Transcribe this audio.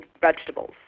vegetables